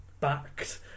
backed